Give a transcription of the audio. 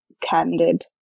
candid